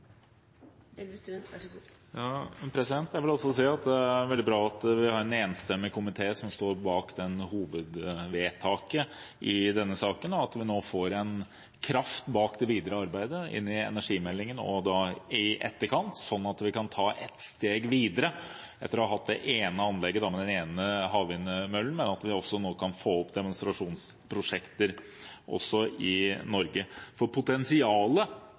veldig bra at vi har en enstemmig komité som står bak hovedvedtaket i denne saken, og at vi nå får en kraft bak det videre arbeidet inn i energimeldingen i etterkant, sånn at vi kan ta ett steg videre etter å ha hatt det ene anlegget med den ene havvindmøllen, og at vi nå kan få opp demonstrasjonsprosjekter også i Norge. For potensialet